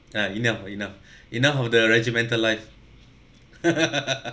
ah enough ah enough enough of the regimental life